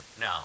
No